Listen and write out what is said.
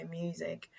music